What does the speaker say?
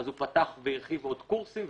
הוא פתח והרחיב עוד קורסים,